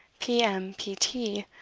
p. m. p. t,